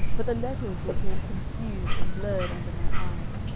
but the letters became confused and blurred under my eyes,